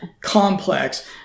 complex